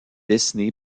dessiné